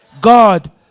God